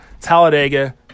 Talladega